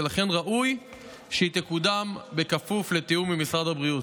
ולכן ראוי שהיא תקודם בכפוף לתיאום עם משרד הבריאות.